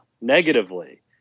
negatively